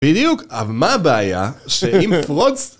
בדיוק, אבל מה הבעיה שעם פרוץ...